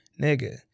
Nigga